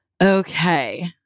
Okay